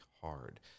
hard